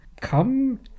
come